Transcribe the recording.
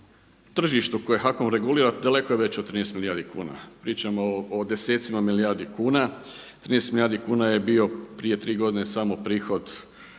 tržištu koje HAKOM regulira daleko je veće od 13 milijardi kuna, pričamo o o desecima milijardi kuna. 13 milijardi kuna je bio prije tri godine samo prihod